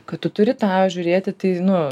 kad tu turi tą žiūrėti tai nu